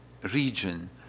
Region